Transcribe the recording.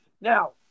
Now